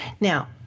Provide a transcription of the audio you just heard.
Now